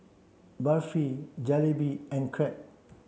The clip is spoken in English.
Barfi Jalebi and Crepe